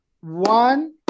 one